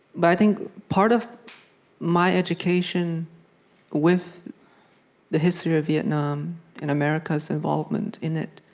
but i think part of my education with the history of vietnam and america's involvement in it